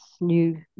new